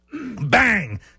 Bang